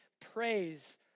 praise